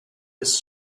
his